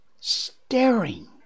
staring